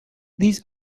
these